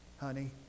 honey